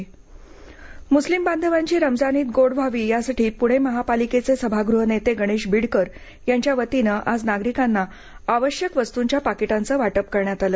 मदत मुस्लिम बांधवांची रमजान ईद गोड व्हावी यासाठी पूणे महापालिकेचे सभागृह नेते गणेश बिडकर यांच्या वतीने आज नागरिकांना आवश्यक वस्तूंच्या पाकिटांचं वाटप करण्यात आलं